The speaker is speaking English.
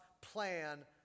plan